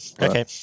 Okay